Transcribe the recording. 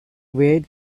way